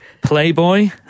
Playboy